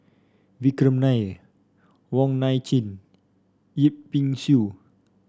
Vikram Nair Wong Nai Chin Yip Pin Xiu